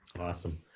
awesome